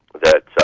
that